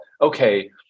okay